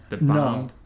No